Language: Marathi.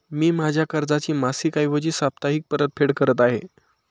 मी माझ्या कर्जाची मासिक ऐवजी साप्ताहिक परतफेड करत आहे